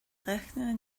rechner